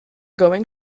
going